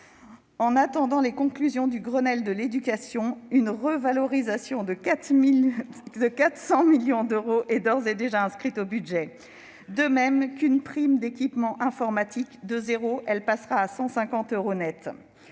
En attendant les conclusions du Grenelle de l'éducation, une revalorisation de 400 millions d'euros est d'ores et déjà inscrite au budget, de même que la création d'une prime d'équipement informatique de 150 euros net.